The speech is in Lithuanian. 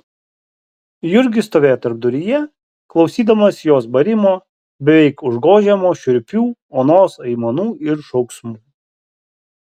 jurgis stovėjo tarpduryje klausydamas jos barimo beveik užgožiamo šiurpių onos aimanų ir šauksmų